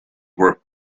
were